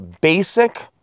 basic